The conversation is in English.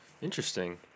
Interesting